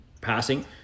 passing